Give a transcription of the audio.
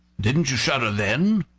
didn't you shudder then?